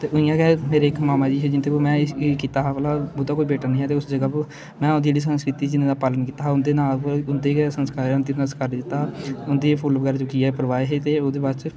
ते उइ'यां गे मेरे इक मामा जी हे जिं'दे कोल में एह् एह् कीता हा भला उं'दा कोई बेटा नेईं हा ते उस जगह उप्पर में ओह्दी जेह्ड़ी संस्कृति च पालन कीता हा उं'दे नां उप्पर उं'दे गै संस्कार उं'दा जेह्ड़ा संस्कार कीता हा उं'दे फुल्ल बगैरा चुक्कियै परवाए हे ते ओह्दे बाद च